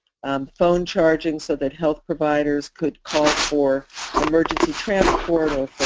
um phone charging so that health providers could call for emergency transport or